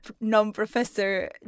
non-professor